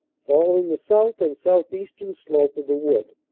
following the south and southeastern slope of the wood,